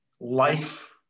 life